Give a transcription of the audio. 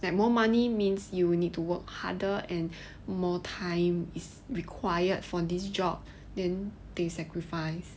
that more money means you will need to work harder and more time is required for this job then they sacrifice